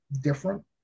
different